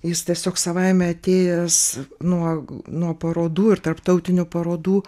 jis tiesiog savaime atėjęs nuo nuo parodų ir tarptautinių parodų